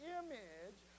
image